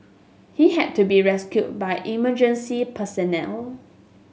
he had to be rescued by emergency personnel